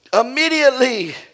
Immediately